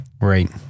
Right